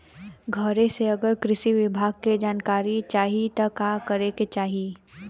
घरे से अगर कृषि विभाग के जानकारी चाहीत का करे के चाही?